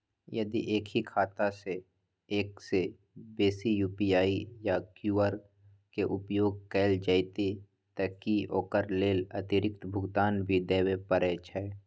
यदि एक ही खाता सं एक से बेसी यु.पी.आई या क्यू.आर के उपयोग कैल जेतै त की ओकर लेल अतिरिक्त भुगतान भी देबै परै छै?